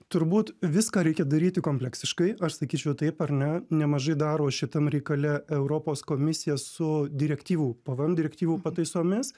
turbūt viską reikia daryti kompleksiškai aš sakyčiau taip ar ne nemažai daro šitam reikale europos komisija su direktyvų pvm direktyvų pataisomis